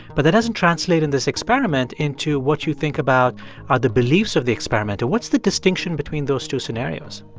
but that doesn't translate in this experiment into what you think about are the beliefs of the experimenter. what's the distinction between those two scenarios?